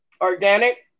organic